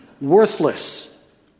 Worthless